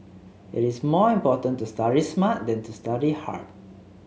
it is more important to study smart than to study hard